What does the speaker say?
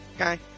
okay